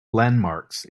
landmarks